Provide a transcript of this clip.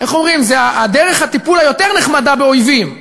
איך אומרים, זו דרך הטיפול היותר-נחמדה באויבים.